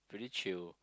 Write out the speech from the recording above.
really chill